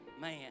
Man